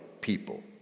people